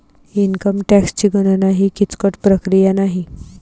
income टॅक्सची गणना ही किचकट प्रक्रिया नाही